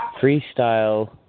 freestyle